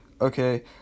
okay